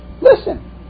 Listen